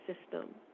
system